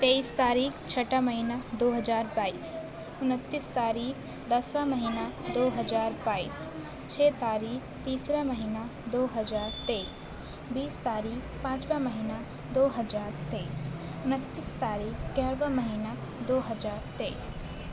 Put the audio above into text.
تیئیس تاریخ چھٹا مہینہ دو ہزار بائیس انتیس تاریخ دسواں مہینہ دو ہزار بائیس چھ تاریخ تیسرا مہینہ دو ہزار تیئیس بیس تاریخ پانچواں مہینہ دو ہزار تیئیس انتیس تاریخ گیارہواں مہینہ دو ہزار تیئیس